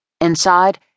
Inside